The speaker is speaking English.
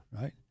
Right